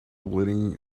bleeding